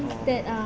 oo